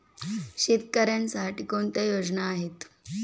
शेतकऱ्यांसाठी कोणत्या योजना आहेत?